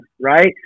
right